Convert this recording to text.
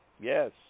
yes